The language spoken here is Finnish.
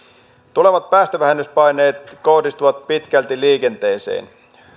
tulevat päästövähennyspaineet kohdistuvat pitkälti liikenteeseen